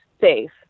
safe